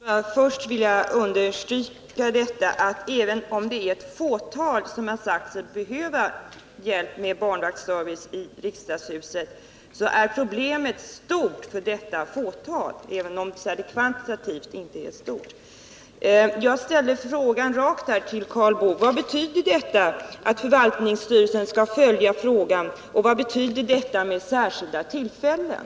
Herr talman! Jag vill först understryka att även om endast ett fåtal sagt sig behöva hjälp med barnvaktsservice i riksdagshuset är problemet stort för dessa personer. Jag ställde till Karl Boo den direkta frågan: Vad betyder det att förvaltningsstyrelsen skall följa frågan och vad är innebörden av orden ”vid vissa särskilda tillfällen”?